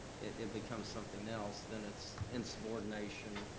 it becomes something else, then it's insubordination,